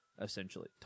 essentially